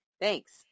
Thanks